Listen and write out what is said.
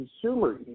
consumer